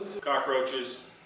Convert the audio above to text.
Cockroaches